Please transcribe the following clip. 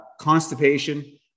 constipation